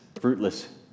fruitless